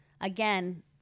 again